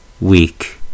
weak